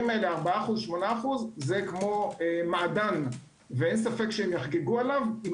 האלה 4% או 8% זה מעדן ואין ספק שיחגגו עליו אם